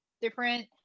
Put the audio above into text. different